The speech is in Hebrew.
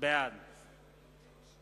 בעד